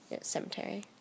Cemetery